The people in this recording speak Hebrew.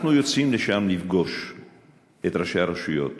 אנחנו יוצאים לשם לפגוש את ראשי הרשויות,